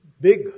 big